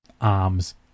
arms